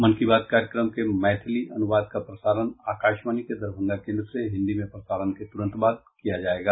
मन की बात कार्यक्रम के मैथिली अनुवाद का प्रसारण आकाशवाणी के दरभंगा केन्द्र से हिन्दी में प्रसारण के तुरंत बाद किया जायेगा